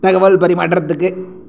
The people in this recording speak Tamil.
தகவல் பரிமாற்றத்துக்கு